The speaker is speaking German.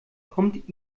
kommt